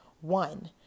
One